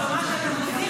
או מה שאתם עושים עם זה,